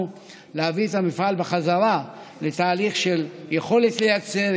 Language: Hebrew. להביא את המפעל בחזרה לתהליך של יכולת לייצר,